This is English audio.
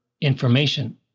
information